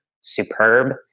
superb